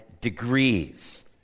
degrees